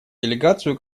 делегацию